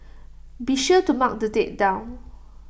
be sure to mark the date down